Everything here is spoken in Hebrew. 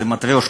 זה מטריושקה.